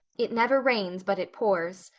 it never rains but it pours.